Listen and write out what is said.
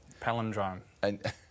Palindrome